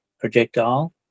projectile